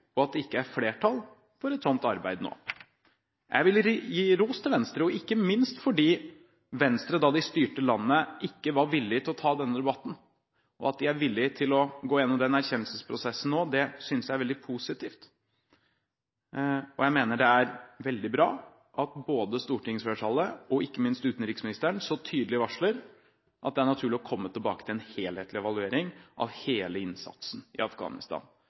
og at det ikke er flertall for et sånt arbeid nå. Jeg vil gi ros til Venstre, og ikke minst fordi Venstre, da de styrte landet, ikke var villige til å ta denne debatten. At de er villige til å gå gjennom den erkjennelsesprosessen nå, synes jeg er veldig positivt, og jeg mener det er veldig bra at både stortingsflertallet og – ikke minst – utenriksministeren så tydelig varsler at det er naturlig å komme tilbake til en helhetlig evaluering av hele innsatsen i Afghanistan.